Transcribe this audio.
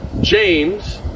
James